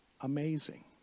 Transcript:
amazing